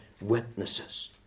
witnesses